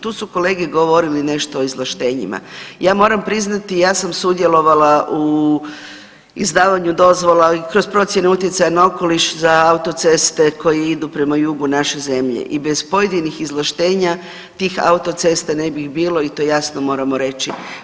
Tu su kolege govorili nešto o izvlaštenjima, ja moram priznati ja sam sudjelovala u izdavanju dozvola i kroz procjenu utjecaja na okoliš za autoceste koje idu prema jugu naše zemlje i bez pojedinih izvlaštenja tih autocesta ne bi bilo i to jasno moramo reći.